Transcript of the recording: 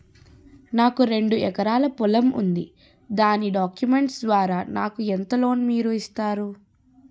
నాకు రెండు ఎకరాల పొలం ఉంది దాని డాక్యుమెంట్స్ ద్వారా నాకు ఎంత లోన్ మీరు ఇస్తారు?